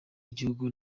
y’igihugu